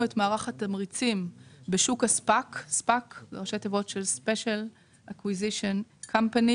את מערך התמריצים בשוק הSPAC- Special purpose Acquisition Company.